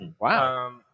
Wow